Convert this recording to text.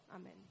Amen